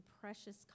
precious